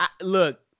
look